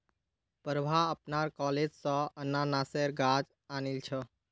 प्रभा अपनार कॉलेज स अनन्नासेर गाछ आनिल छ